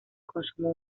consumo